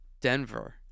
Denver